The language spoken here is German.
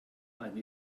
eine